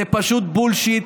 זה פשוט בולשיט.